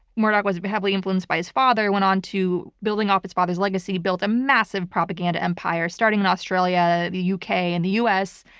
murdoch was heavily influenced by his father, went on to building off his father's legacy, built a massive propaganda empire starting in australia, the yeah uk and the us.